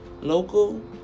local